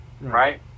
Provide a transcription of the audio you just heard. right